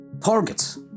targets